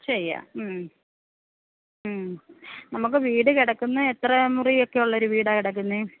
ശരിയാണ് മ്മ് മ്മ് നമുക്ക് വീട് കിടക്കുന്നത് എത്ര മുറിയൊക്കെ ഉള്ള ഒരു വീടാ കിടക്കുന്നത്